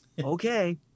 Okay